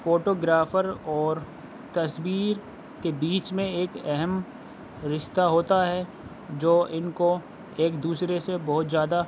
photo گرافر اور تصویر کے بیچ میں ایک اہم رشتہ ہوتا ہے جو اِن کو ایک دوسرے سے بہت زیادہ